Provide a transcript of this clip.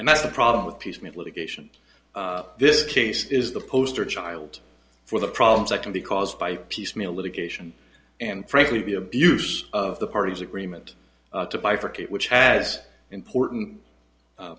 and that's the problem with piecemeal litigation this case is the poster child for the problems that can be caused by piecemeal litigation and frankly the abuse of the parties agreement to bifurcate which has important